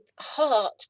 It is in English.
heart